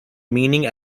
meaning